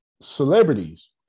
Celebrities